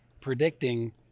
predicting